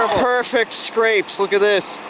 ah perfect scrapes, look at this.